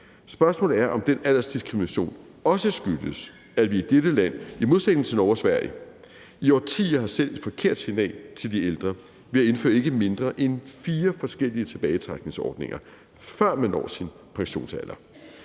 Spørgsmålet er, om den aldersdiskrimination også skyldes, at vi i dette land i modsætning til Norge og Sverige i årtier har sendt et forkert signal til de ældre ved at indføre ikke mindre end fire forskellige tilbagetrækningsordninger, som gælder, før man når sin pensionsalder.